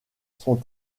sont